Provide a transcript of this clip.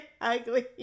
ugly